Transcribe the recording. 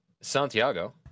Santiago